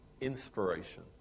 inspiration